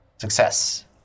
Success